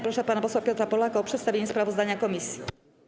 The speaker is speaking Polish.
Proszę pana posła Piotra Polaka o przedstawienie sprawozdania komisji.